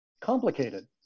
complicated